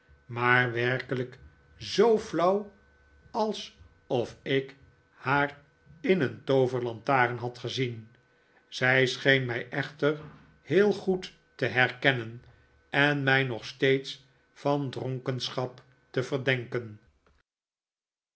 maar werkelijk zoo flauw als of ik haar in een tooverlantaren had gezien zij scheen mij echter heel goed te herkennen en mij nog steeds van dronkenschap te verdenken